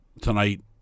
tonight